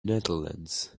netherlands